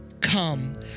come